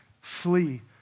flee